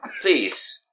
Please